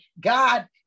God